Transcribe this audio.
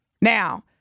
Now